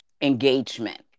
engagement